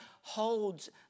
holds